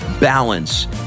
balance